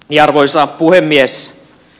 arvoisa puhemies